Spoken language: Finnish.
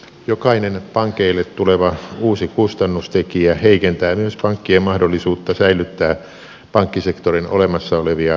jokainen pankeille tuleva uusi kustannustekijä heikentää myös pankkien mahdollisuutta säilyttää pankkisektorin olemassa olevia työpaikkoja